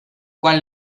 quan